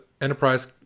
enterprise